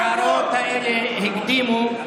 ההערות האלה הקדימו.